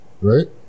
right